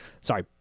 sorry